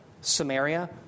Samaria